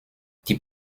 die